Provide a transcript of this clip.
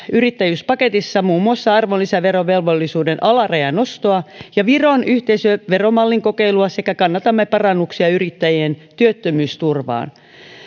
yrittäjyyspaketissa muun muassa arvonlisäverovelvollisuuden alarajan nostoa ja viron yhteisöveromallin kokeilua sekä kannatamme parannuksia yrittäjien työttömyysturvaan